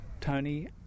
Tony